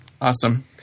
Awesome